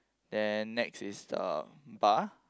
then next is the bar